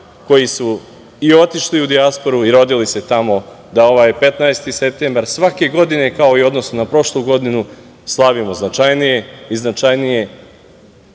koji su i otišli u dijasporu i rodili se tamo da ovaj 15. septembar svake godine, kao i odnosu na prošlu godinu, slavimo značajnije i značajnije,